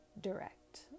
direct